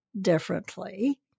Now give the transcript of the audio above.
differently